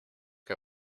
que